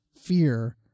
fear